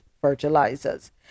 fertilizers